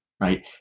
Right